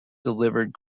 delivered